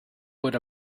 would